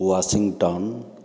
Washington